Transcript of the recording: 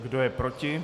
Kdo je proti?